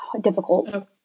difficult